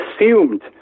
assumed